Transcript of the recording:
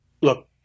Look